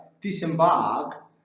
disembark